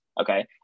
okay